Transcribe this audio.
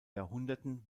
jahrhunderten